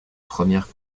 premières